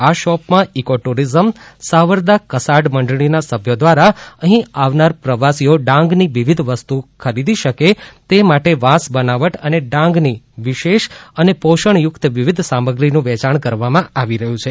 આ શોપમાં eco tourism સાવરદા કસાડ મંડળીના સભ્યો દ્વારા અહીં આવનાર પ્રવાસીઓ ડાંગની વિવિધ વસ્તુ ખરીદી શકે તે માટે વાંસ બનાવટ અને ડાંગની વિશેષ અને પોષણ યુક્ત વિવિધ સામગ્રીનુ વેચાણ કરવામાં આવી રહ્યું છે